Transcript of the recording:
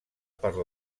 per